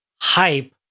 hype